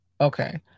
Okay